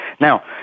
now